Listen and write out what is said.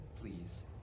please